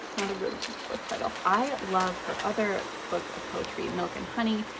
not a real book title. i love her other book of poetry, milk and honey.